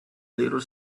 little